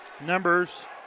numbers